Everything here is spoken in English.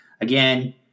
Again